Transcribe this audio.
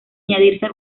añadirse